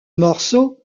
morceau